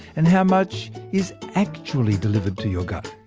and how much is actually delivered to your gut.